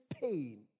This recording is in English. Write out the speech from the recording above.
pain